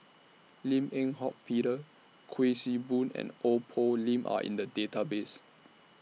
Lim Eng Hock Peter Kuik Swee Boon and Ong Poh Lim Are in The Database